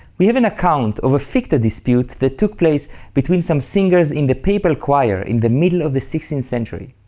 we have an account of a ficta dispute that took place between some singers in the papal choir in the middle of the sixteenth century.